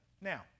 Now